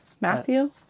Matthew